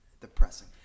depressing